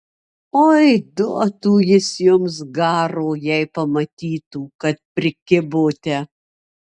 oi duotų jis jums garo jei pamatytų kad prikibote